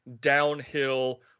downhill